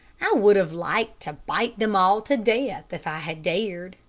i would have liked to bite them all to death, if i had dared.